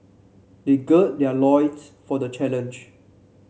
they gird their loins for the challenge